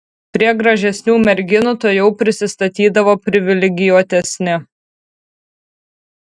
prie gražesnių merginų tuojau prisistatydavo privilegijuotesni